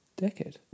Decade